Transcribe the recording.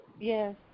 Yes